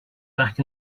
back